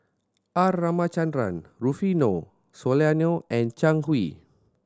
R Ramachandran Rufino Soliano and Zhang Hui